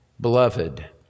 Beloved